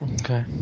Okay